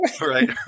right